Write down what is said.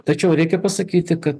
tačiau reikia pasakyti kad